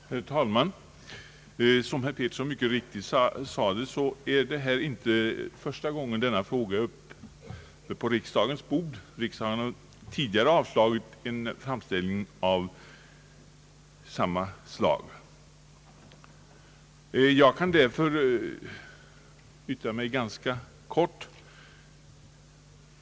Herr talman! Som herr Arne Pettersson mycket riktigt sade är det inte första gången denna fråga är uppe på riksdagens bord. Riksdagen har tidigare avslagit en framställning av samma slag. Jag kan därför yttra mig ganska kort.